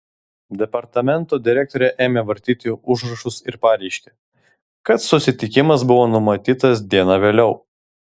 departamento direktorė ėmė vartyti užrašus ir pareiškė kad susitikimas buvo numatytas diena vėliau